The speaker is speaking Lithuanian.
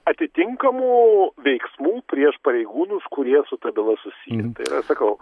atitinkamų veiksmų prieš pareigūnus kurie su ta byla susiję tai yra sakau